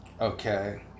Okay